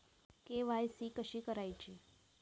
KYC कशी करायची?